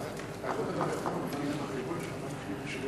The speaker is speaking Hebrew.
2010, לוועדת הכלכלה נתקבלה.